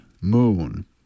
moon